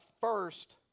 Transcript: first